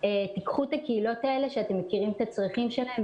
תיקחו את הקהילות האלה שאתם מכירים את הצרכים שלהן,